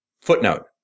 Footnote